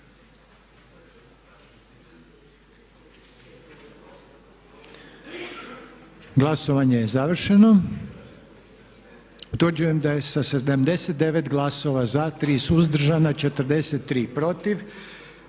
Glasovanje je završeno. Molim rezultat? 88 glasova za, 15 suzdržanih, 30 protiv.